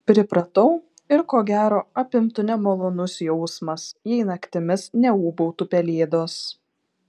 pripratau ir ko gero apimtų nemalonus jausmas jei naktimis neūbautų pelėdos